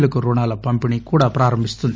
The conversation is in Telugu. లకు రుణాల పంపిణీ కూడా ప్రారంభిస్తుంది